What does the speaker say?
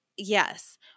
Yes